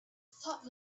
thought